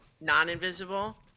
non-invisible